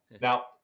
Now